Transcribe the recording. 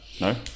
No